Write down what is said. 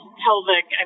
pelvic